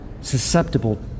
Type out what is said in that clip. susceptible